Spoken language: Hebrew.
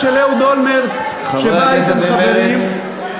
חברי הכנסת ממרצ,